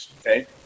okay